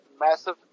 massive